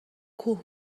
کوه